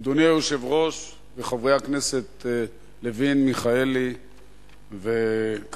אדוני היושב-ראש וחברי הכנסת לוין, מיכאלי וכבל,